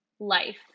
life